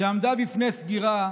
שעמדה בפני סגירה,